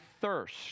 thirst